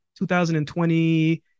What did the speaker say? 2020